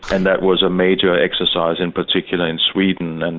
and that was a major exercise in particular in sweden, and